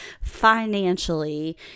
financially